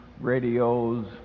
radios